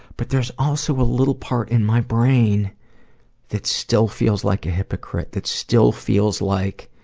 but there's also a little part in my brain that still feels like a hypocrite, that still feels like,